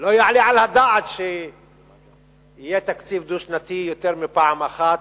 לא יעלה על הדעת שיהיה תקציב דו-שנתי יותר מפעם אחת.